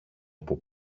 που